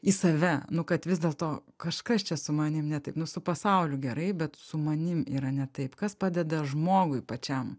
į save nu kad vis dėl to kažkas čia su manim ne taip nu su pasauliu gerai bet su manim yra ne taip kas padeda žmogui pačiam